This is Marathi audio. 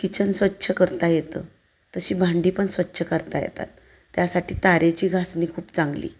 किचन स्वच्छ करता येतं तशी भांडी पण स्वच्छ करता येतात त्यासाठी तारेची घासणी खूप चांगली